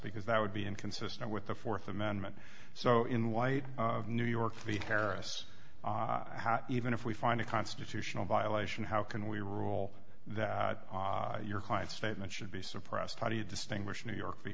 because that would be inconsistent with the th amendment so in light of new york the terrace even if we find a constitutional violation how can we rule that your client statement should be suppressed how do you distinguish new york